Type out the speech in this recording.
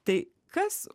tai kas